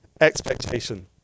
expectation